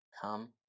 come